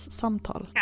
samtal